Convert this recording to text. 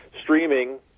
streaming